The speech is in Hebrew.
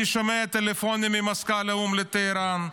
אני שומע טלפונים ממזכ"ל האו"ם לטהרן,